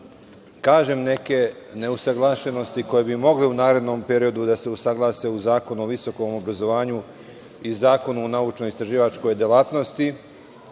na neke neusaglašenosti koje bi mogle u narednom periodu da se usaglase u Zakon o visokom obrazovanju i u Zakonu o naučno- istraživačkoj delatnosti.